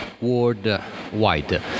worldwide